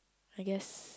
I guess